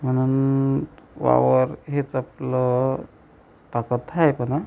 म्हणून वावर हेच आपलं ताकद आहे पण